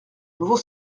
nouveau